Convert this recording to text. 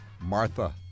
Martha